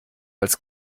als